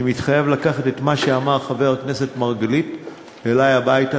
אני מתחייב לקחת את מה שאמר חבר הכנסת מרגלית אלי הביתה,